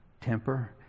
temper